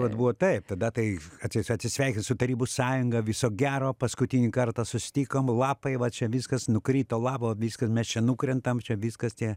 vat buvo taip tada tai atsi atsisveikint su tarybų sąjunga viso gero paskutinį kartą susitikom lapai va čia viskas nukrito lapai viskas čia nukrentam čia viskas tie